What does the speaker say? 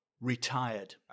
retired